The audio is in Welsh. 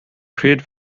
pryd